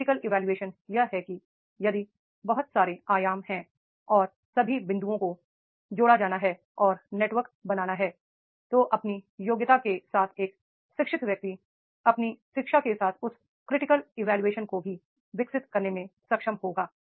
critical evaluation यह है कि यदि बहु त सारे आयाम हैं और सभी बिंदु ओं को जोड़ा जाना है और नेटवर्क बनाना है तो अपनी योग्यता के साथ एक शिक्षित व्यक्ति अपनी शिक्षा के साथ उस क्रिटिकल इवैल्यूएशन को भी विकसित करने में सक्षम होगा